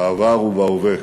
בעבר ובהווה,